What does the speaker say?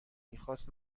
میخواست